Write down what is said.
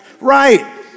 Right